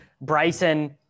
Bryson